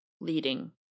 leading